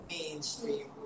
mainstream